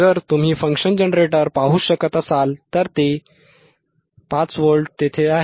जर तुम्ही function generator पाहू शकत असाल तर हे 5 व्होल्ट तेथे आहे